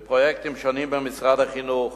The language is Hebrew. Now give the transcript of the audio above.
בפרויקטים שונים במשרד החינוך,